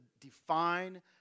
define